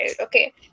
Okay